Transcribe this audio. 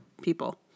people